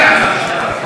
שים לב, רק לעניין.